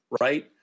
right